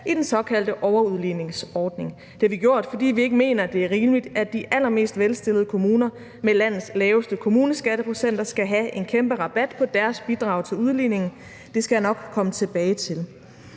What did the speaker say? i den såkaldte overudligningsordning. Det har vi gjort, fordi vi ikke mener, det er rimeligt, at de allermest velstillede kommuner med landets laveste kommuneskatteprocenter skal have en kæmpe rabat på deres bidrag til udligningen. Det skal jeg nok komme tilbage til.